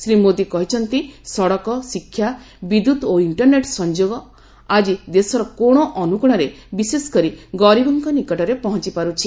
ଶ୍ରୀ ମୋଦୀ କହିଛନ୍ତି ଯେ ସଡକ ଶିକ୍ଷା ବିଦ୍ୟୁତ ଓ ଇଣ୍ଟରନେଟ ସଂଯୋଗ ଆକି ଦେଶର କୋଣ ଅନୁକୋଶରେ ବିଶେଷକରି ଗରୀବଙ୍କ ନିକଟରେ ପହଞ୍ଚପାରୁଛି